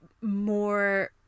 more